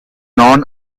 non